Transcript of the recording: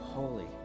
Holy